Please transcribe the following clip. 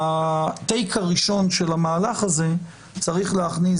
בטייק הראשון של המהלך הזה צריך להכניס